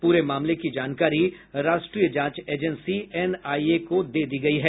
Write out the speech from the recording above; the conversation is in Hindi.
पूरे मामले की जानकारी राष्ट्रीय जांच एजेंसी एनआईए को दे दी गयी है